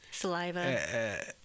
saliva